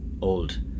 old